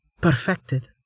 perfected